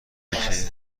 اینکه